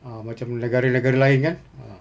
ah macam negara negara lain kan ah